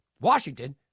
Washington